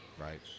Right